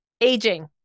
Aging